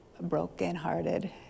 brokenhearted